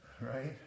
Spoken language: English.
right